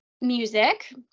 music